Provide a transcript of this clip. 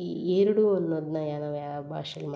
ಈ ಎರಡು ಅನ್ನೋದನ್ನ ಯಾವ ಯಾವ ಭಾಷೆಲಿ